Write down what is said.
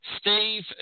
Steve